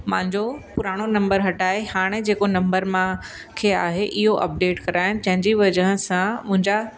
मुंहिंजो पुराणो नम्बर हटाए हाणे जेको नंबर मां खे आहे इहो अपडेट कराइणु जंहिंजी वॼह सां मुंहिंजा